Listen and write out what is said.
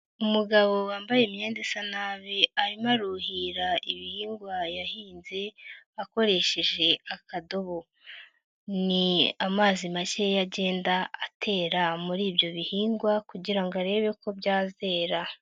Umugabo wambaye imyenda isa nabi arimo aruhira ibihingwa yahinze akoresheje akadobo, ni amazi make yagenda atera muri ibyo bihingwa kugira ngo arebe ko byazera.